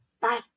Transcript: Bye